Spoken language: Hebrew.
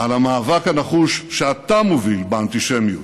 על המאבק הנחוש שאתה מוביל באנטישמיות,